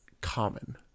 common